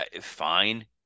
fine